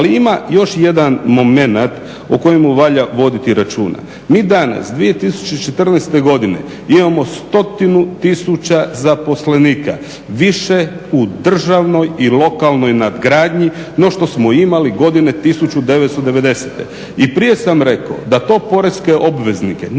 Ali ima još jedan momenat o kojemu valja voditi računa. Mi danas 2014. godine imamo 100 tisuća zaposlenika više u državnoj i lokalnoj nadgradnji no što smo imali godine 1990. I prije sam rekao da to porezne obveznike, nije